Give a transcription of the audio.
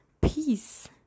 peace